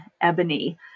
ebony